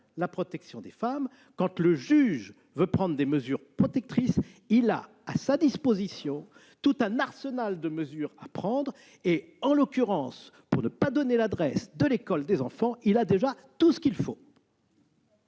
la protection des femmes ! Quand le juge veut prendre des mesures protectrices, il a à sa disposition tout un arsenal de mesures à prendre. En l'occurrence, pour ne pas donner l'adresse de l'école des enfants, il a déjà tout ce qu'il faut.